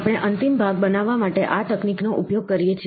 આપણે અંતિમ ભાગ બનાવવા માટે આ તકનીકનો ઉપયોગ કરીએ છીએ